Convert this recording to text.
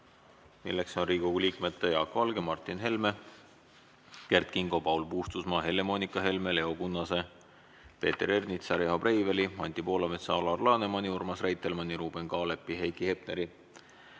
See on Riigikogu liikmete Jaak Valge, Martin Helme, Kert Kingo, Paul Puustusmaa, Helle-Moonika Helme, Leo Kunnase, Peeter Ernitsa, Riho Breiveli, Anti Poolametsa, Alar Lanemani, Urmas Reitelmanni, Ruuben Kaalepi, Heiki Hepneri,